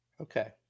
Okay